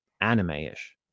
anime-ish